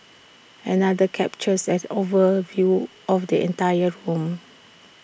another captures as overview of the entire room